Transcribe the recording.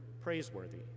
praiseworthy